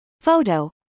Photo